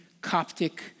Coptic